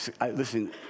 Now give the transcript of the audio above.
Listen